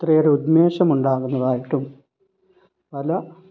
അത്രയേറെ ഉന്മേഷം ഉണ്ടാകുന്നതായിട്ട് പല